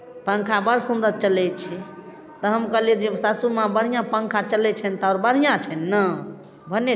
पंखा बड़ सुन्दर चलै छै तऽ हम कहलियै जे सासुमा बढ़िआँ पंखा चलैत छनि तऽ आओर बढ़िआँ छनि ने भने